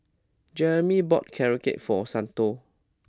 Jereme bought carrot cake for Santo